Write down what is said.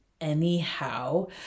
anyhow